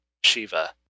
Shiva